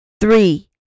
Three